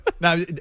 Now